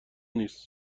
نیست